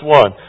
one